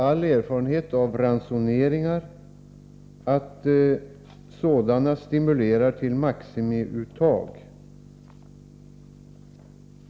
All erfarenhet av ransoneringar visar att sådana stimulerar till maximiuttag.